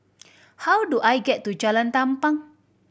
how do I get to Jalan Tampang